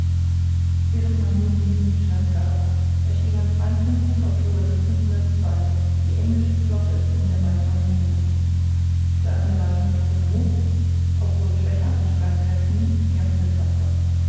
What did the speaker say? während man nun diesen bescheid gab erschien am oktober die englische flotte in der bai von vigo der admiral chateau renaud obwohl schwächer an streitkräften kämpfte tapfer